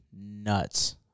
nuts